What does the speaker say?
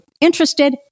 interested